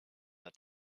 that